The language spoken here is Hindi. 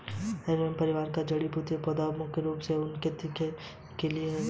ब्रैसिसेकी परिवार का जड़ी बूटी वाला पौधा मुख्य रूप से अपने तीखे बीजों के लिए उगाया जाता है